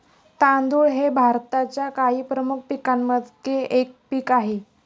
तांदूळ हे भारताच्या काही प्रमुख पीकांपैकी एक पीक आहे